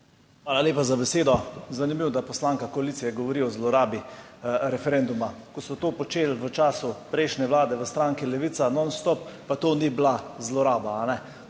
Hvala lepa za besedo. Zanimivo, da poslanka koalicije govori o zlorabi referenduma, ko so to počeli v času prejšnje Vlade v stranki Levica, non stop, pa to ni bila zloraba,